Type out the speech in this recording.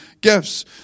gifts